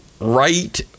right